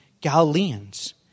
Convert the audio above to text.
Galileans